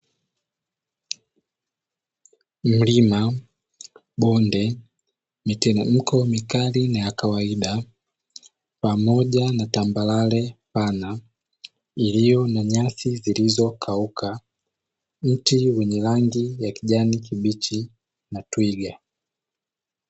Milima, bonde, miteremko mikari na yakawaida pamoja na tambarare pana iliyo na nyasi zilizokauka ,mti wenye rangi ya kijani kibichi na twiga.